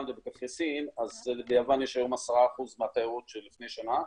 ובקפריסין אז ביוון יש היום 10% מהתיירות שלפני שנה.